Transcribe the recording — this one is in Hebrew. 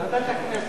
מה זה ועדת הכנסת?